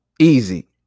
easy